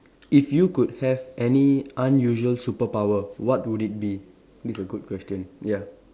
if you could have any unusual superpower what would it be this a good question ya